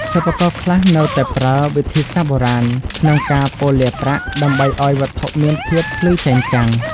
សិប្បករខ្លះនៅតែប្រើ វិធីសាស្រ្តបុរាណ ក្នុងការប៉ូលាប្រាក់ ដើម្បីឱ្យវត្ថុមានភាពភ្លឺចែងចាំង។